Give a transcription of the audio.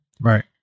Right